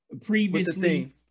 previously